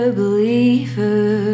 believer